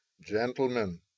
Gentlemen